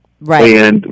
Right